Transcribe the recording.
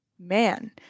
man